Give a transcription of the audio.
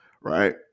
Right